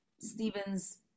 Stephen's